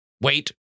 wait